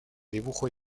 dibujo